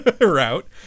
route